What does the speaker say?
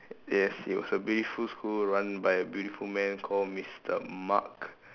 yes it was a beautiful school run by a beautiful man called Mister Mark